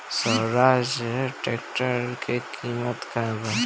Swaraj tractor के किमत का बा?